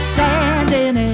Standing